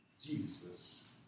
Jesus